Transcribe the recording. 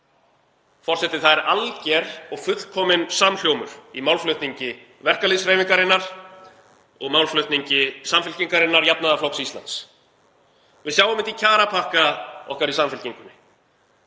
Forseti. Það er alger og fullkominn samhljómur í málflutningi verkalýðshreyfingarinnar og málflutningi Samfylkingarinnar, jafnaðarflokks Íslands. Við sjáum þetta á kjarapakka okkar í Samfylkingunni